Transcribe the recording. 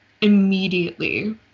immediately